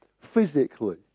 physically